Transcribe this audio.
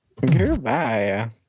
Goodbye